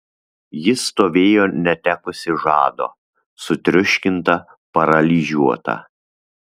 ji stovėjo netekusi žado sutriuškinta paralyžiuota